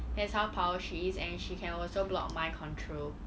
that's how power she is and she can also block mind control